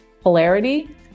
polarity